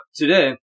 today